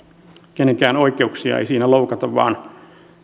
kenenkään oikeuksia ei siinä loukata vaan